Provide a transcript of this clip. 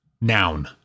noun